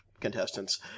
contestants